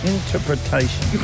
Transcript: Interpretation